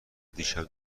دیشب